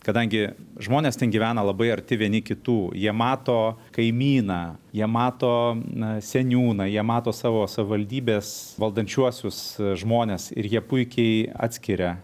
kadangi žmonės ten gyvena labai arti vieni kitų jie mato kaimyną jie mato ee seniūną jie mato savo savivaldybės valdančiuosius žmones ir jie puikiai atskiria